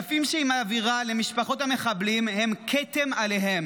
הכספים שהיא מעבירה למשפחות המחבלים הם כתם עליה,